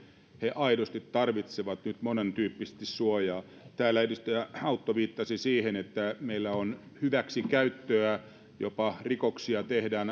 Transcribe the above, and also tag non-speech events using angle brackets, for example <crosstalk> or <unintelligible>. he aidosti tarvitsevat nyt monentyyppisesti suojaa täällä edustaja autto viittasi siihen että meillä on hyväksikäyttöä jopa rikoksia tehdään <unintelligible>